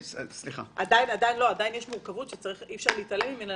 עדיין יש מורכבות שאי אפשר להתעלם ממנה,